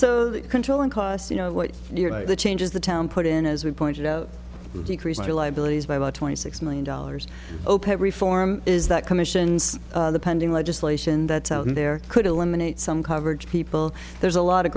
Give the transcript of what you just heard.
that controlling costs you know what the changes the town put in as we pointed out to decrease our liabilities by about twenty six million dollars opec reform is that commissions the pending legislation that's out there could eliminate some coverage people there's a lot of